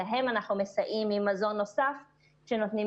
שלהן אנחנו מסייעים עם מזון נוסף והן נותנות